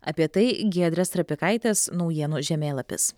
apie tai giedrės trapikaitės naujienos žemėlapis